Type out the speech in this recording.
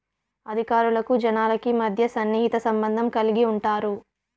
అధికారులకు జనాలకి మధ్య సన్నిహిత సంబంధం కలిగి ఉంటారు